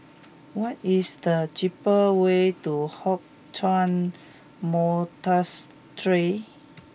what is the cheapest way to Hock Chuan Monastery